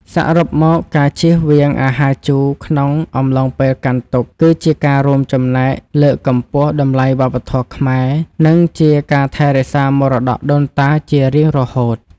សរុបមកការជៀសវាងអាហារជូរក្នុងអំឡុងពេលកាន់ទុក្ខគឺជាការរួមចំណែកលើកកម្ពស់តម្លៃវប្បធម៌ខ្មែរ និង ជាការថែរក្សាមរតកដូនតាជារៀងរហូត។